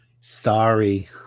Sorry